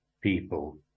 people